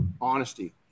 honesty